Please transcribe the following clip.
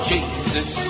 Jesus